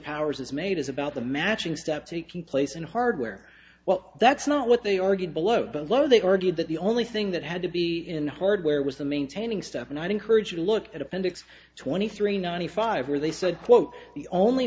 powers has made is about the matching step taking place in hardware well that's not what they argued below below they argued that the only thing that had to be in hardware was the maintaining stuff and i encourage you to look at appendix twenty three ninety five or they said quote the only